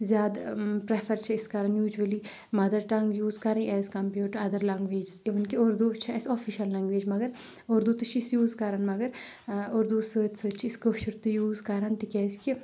زیادٕ پریفَر چھِ أسۍ کَران یوٗجؤلی مَدَر ٹنگ یوٗز کَرٕنۍ is compared to other languages even کِہ اردوٗ چھِ اسہِ آفیشل لیٚنگویج مَگر اردوٗ تہِ چھِ أسۍ یوٗز کَران مَگر اردوٗس سۭتۍ سۭتۍ چھِ أسۍ کٲشُر تہِ یوٗز کران تِکیازِ کہِ